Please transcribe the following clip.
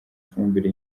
ifumbire